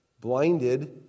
blinded